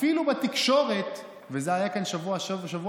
אפילו בתקשורת, וזה היה כאן בשבוע שעבר,